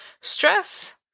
Stress